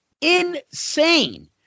insane